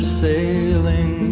sailing